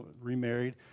remarried